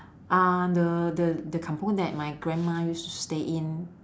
uh the the the kampung that my grandma used to stay in